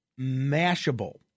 Mashable